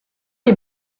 des